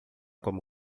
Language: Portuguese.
como